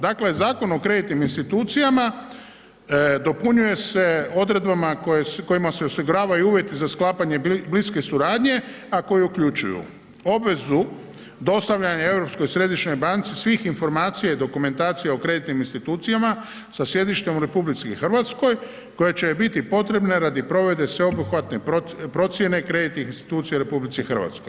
Dakle Zakon o kreditnim institucijama dopunjuje se odredbama kojima se osiguravaju uvjeti za sklapanje bliske suradnje a koji uključuju obvezu dostavljanja Europskoj središnjoj banci svih informacija i dokumentacija o kreditnim institucijama sa sjedištem u RH koje će joj biti potrebne radi provedbe sveobuhvatne procjene kreditnih institucija u RH.